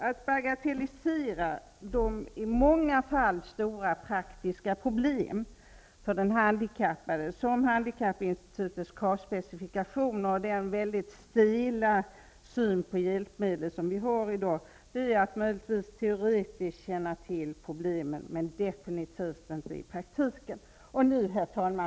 Att bagatellisera de i många fall stora praktiska problem för den handikappade som Handkappinstitutets kravspecifikation visar och den väldigt stela syn på hjälpmedel som vi har i dag, är att möjligtvis teoretiskt känna till problemen, men definitivt inte i praktiken. Herr talman!